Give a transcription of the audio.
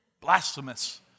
Blasphemous